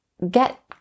get